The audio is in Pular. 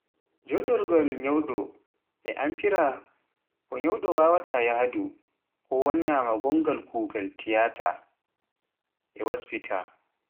Joɗirgal munyɗo, e amfire ko nyawɗo wawaata yahdu, ko wannamaa ngoggal kugaal tiyaataar e waspita.